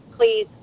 Please